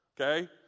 okay